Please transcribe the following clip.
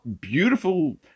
beautiful